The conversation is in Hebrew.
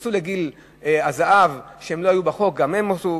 שנכנסו לגיל הזהב ולא היו בחוק, גם הם נכנסו.